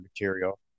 material